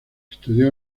estudió